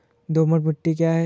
दोमट मिट्टी क्या है?